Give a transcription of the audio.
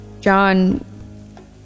john